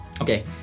okay